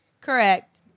Correct